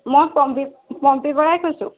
মই পম্পী পম্পী বৰাই কৈছোঁ